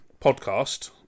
podcast